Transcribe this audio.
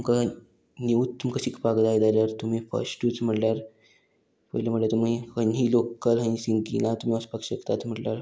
तुमकां निवूच तुमकां शिकपाक जाय जाल्यार तुमी फस्टूच म्हणल्यार पयली म्हटल्यार तुमी खंयी लोकल ही सिंगिंगाक तुमी वचपाक शकतात म्हटल्यार